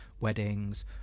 weddings